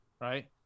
Right